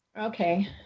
Okay